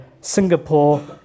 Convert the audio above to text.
Singapore